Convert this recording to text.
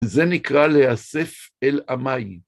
זה נקרא להאסף אל עמי.